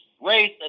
race